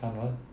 看 what